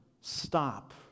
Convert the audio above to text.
stop